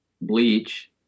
bleach